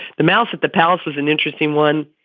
the mouth at the palace was an interesting one.